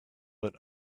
but